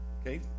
okay